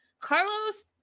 Carlos